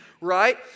right